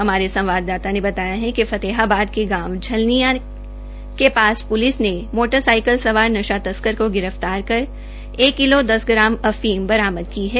हमारे संवाददाता ने बताया है कि फतेहाबाद के गांव झलनिया के पास पुलिस ने मोटर साइकिल सवाल नशा तस्कर को गिरफ्तार कर एक किलो दस ग्राम अफीम बरामद की गई है